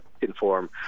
inform